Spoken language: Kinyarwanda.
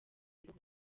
uruhu